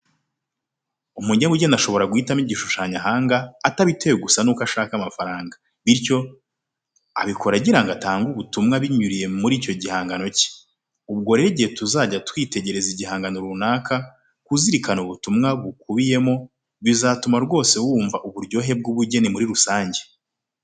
Umunyabugeni ashobora guhitamo igishushanyo ahanga, atabitewe gusa nuko ashaka amafaranga. Bityo, abikora agira ngo atange ubutumwa binyuriye muri icyo gihangano cye. Ubwo rero igihe tuzajya twitegereza igihangano runaka, kuzirikana ubutumwa bukubiyemo bizatuma rwose wumva uburyohe bw'ubugeni muri rusange.